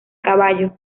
caballo